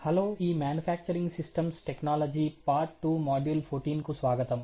hello ఈ manufacturing systems technology part 2 module 14 కు స్వాగతం